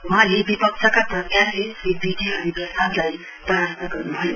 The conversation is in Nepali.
वहाँले विपक्षक प्रत्याशी श्री बी के हरिप्रसादलाई परास्त गर्न्भयो